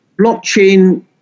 blockchain